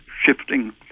shifting